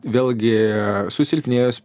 vėlgi susilpnėjus